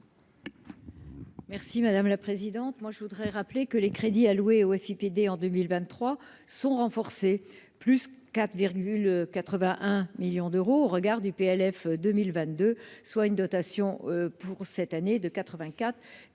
Merci madame la présidente, moi, je voudrais rappeler que les crédits alloués au FIPD en 2023 sont renforcées, plus 4,81 millions d'euros au regard du PLF 2022 soit une dotation pour cette année de 84,0 9 millions d'euros,